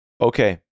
Okay